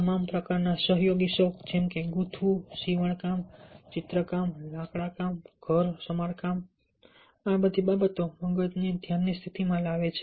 તમામ પ્રકારના સહયોગી શોખ જેમ કે ગૂંથવું સીવણકામ ચિત્રકામ લાકડાકામ ઘર સમારકામ આ બધી બાબતો મગજને ધ્યાનની સ્થિતિમાં લાવે છે